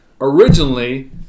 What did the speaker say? originally